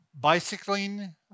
Bicycling